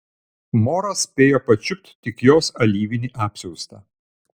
moras spėjo pačiupt tik jos alyvinį apsiaustą